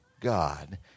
God